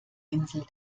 insel